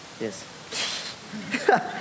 Yes